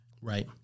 Right